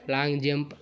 long jump